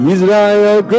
Israel